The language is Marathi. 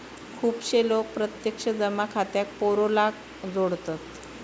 खुपशे लोक प्रत्यक्ष जमा खात्याक पेरोलाक जोडतत